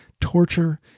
torture